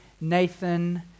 Nathan